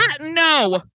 no